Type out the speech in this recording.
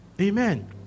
Amen